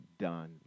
done